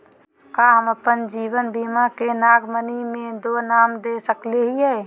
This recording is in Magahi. का हम अप्पन जीवन बीमा के नॉमिनी में दो नाम दे सकली हई?